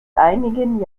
einigen